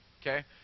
Okay